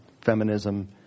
feminism